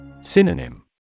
Synonym